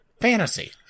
fantasy